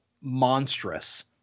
monstrous